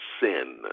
sin